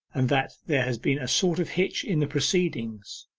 and that there has been a sort of hitch in the proceedings.